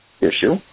issue